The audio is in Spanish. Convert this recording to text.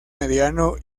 mediano